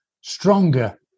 stronger